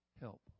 help